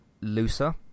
looser